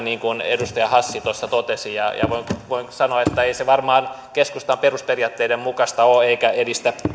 niin kuin edustaja hassi tuossa totesi ja voin sanoa että ei se varmaan keskustan perusperiaatteiden mukaista ole eikä edistä